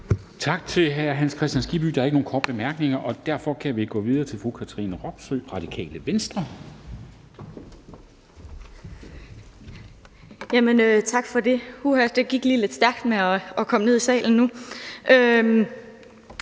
Tak til hr. Hans Kristian Skibby. Der er ikke nogen korte bemærkninger, og derfor kan vi gå videre til fru Katrine Robsøe, Radikale Venstre. Kl. 13:23 (Ordfører) Katrine Robsøe